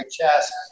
chest